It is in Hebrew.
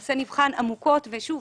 הנושא נבחן עמוקות ושוב,